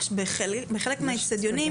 בחלק מהאצטדיונים,